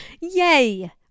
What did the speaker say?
Yay